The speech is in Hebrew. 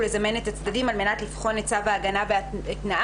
לזמן את הצדדים על מנת לבחון את צו ההגנה ואת תנאיו.